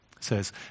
says